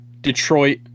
Detroit